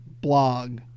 blog